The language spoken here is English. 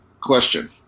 Question